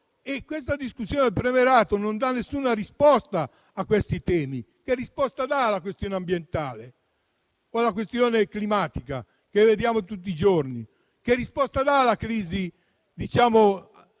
Questa discussione sul premierato non dà alcuna risposta a questi temi. Che, risposta dà alla questione ambientale o alla questione climatica, che vediamo tutti i giorni? Che risposta dà alla crisi economica